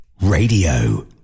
Radio